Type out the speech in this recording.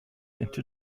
into